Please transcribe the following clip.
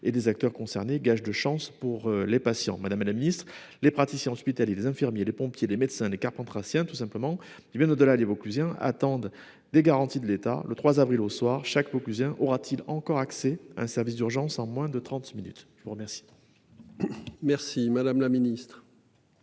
et des acteurs concernés, gage de chances pour les patients, madame la Ministre, les praticiens hospitaliers, les infirmiers, les pompiers, les médecins les Carpentras tient tout simplement hé bien au-delà des Vauclusiens attendent des garanties de l'État le 3 avril au soir, chaque mot aura-t-il encore accès un service d'urgence en moins de 30 minutes, je vous remercie. Merci madame la ministre.